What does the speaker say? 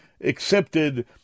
accepted